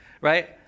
Right